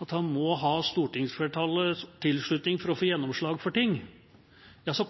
at han må ha stortingsflertallets tilslutning for å få gjennomslag for ting. Ja, så